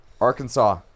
Arkansas